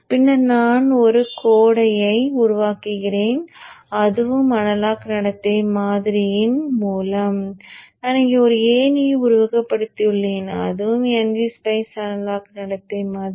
பின்னர் நான் ஒரு கோடையை உருவாக்குகிறேன் அதுவும் அனலாக் நடத்தை மாதிரியின் மூலம் நான் இங்கே ஒரு ஏணியை உருவாக்கியுள்ளேன் அதுவும் ngSpice அனலாக் நடத்தை மாதிரி